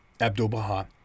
Abdu'l-Baha